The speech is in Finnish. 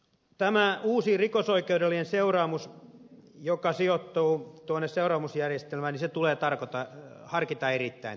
tämä uusi rikosoikeudellinen seuraamus joka sijoittuu tuonne seuraamusjärjestelmään tulee harkita erittäin tarkoin